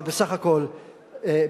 בסך הכול ביקשתי,